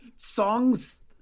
songs